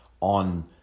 on